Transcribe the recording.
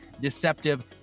deceptive